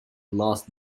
last